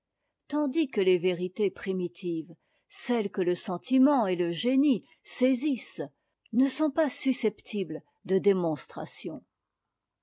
tandis que les vérités primitives celles que le sentiment et le génie saisissent ne sont pas susceptibles de déjhonstration